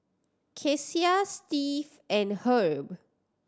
Kecia Steve and Herb